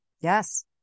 Yes